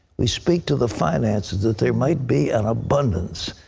we speak to the finances, that there might be an abundance.